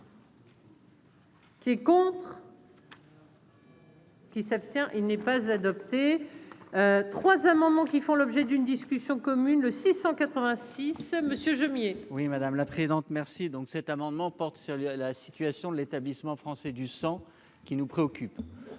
qui est pour. Qui s'abstient, il n'est pas adopté 3 amendements qui font l'objet d'une discussion commune le 686 Monsieur Jomier. Oui, madame la présidente, merci, donc cet amendement porte sur la situation de l'établissement français du sang qui nous préoccupe